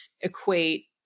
equate